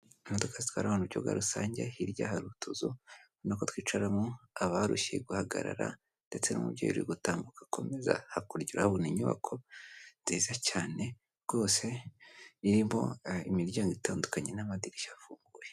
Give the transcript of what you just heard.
Imodoka zitwara mu kiga rusange, hirya hari utuzu ubona ko twicaramo abarushye guhagarara, ndetse n'umubyeyi uri gutambuka akomeza, hakurya urahabona inyubako nziza cyane rwose irimo imiryango itandukanye n'amadirishya afunguye.